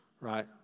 right